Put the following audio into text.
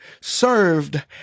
served